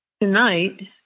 Tonight